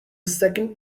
second